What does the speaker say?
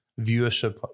viewership